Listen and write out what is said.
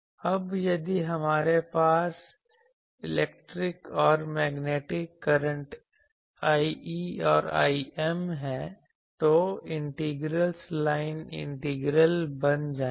अब यदि हमारे पास इलेक्ट्रिक और मैग्नेटिक करंट le और lm हैं तो इंटीग्रल लाइन इंटीग्रल बन जाएंगे